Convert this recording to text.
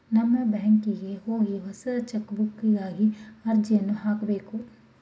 ನಮ್ಮ ಬ್ಯಾಂಕಿಗೆ ಹೋಗಿ ಹೊಸ ಚೆಕ್ಬುಕ್ಗಾಗಿ ಅರ್ಜಿಯನ್ನು ಹಾಕಬೇಕು